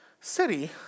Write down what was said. city